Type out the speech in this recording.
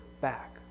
back